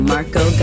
Marco